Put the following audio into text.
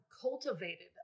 cultivated